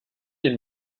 den